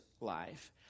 life